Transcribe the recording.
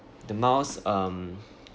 the miles um